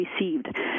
received